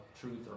truth